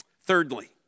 Thirdly